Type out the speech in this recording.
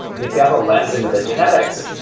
if you have a lens into the genetics,